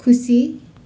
खुसी